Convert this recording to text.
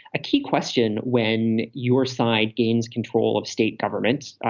a key question when your side gains control of state government,